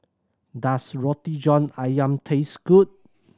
does Roti John Ayam taste good